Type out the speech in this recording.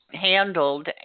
handled